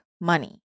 money